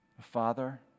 Father